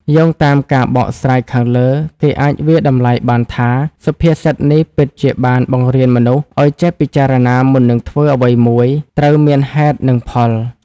យោងតាមការបកស្រាយខាងលើ គេអាចវាយតម្លៃបានថា សុភាសិតនេះពិតជាបានបង្រៀនមនុស្សឲ្យចេះពិចារណាមុននឹងធ្វើអ្វីមួយ ត្រូវមានហេតុនិងផល។